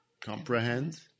comprehend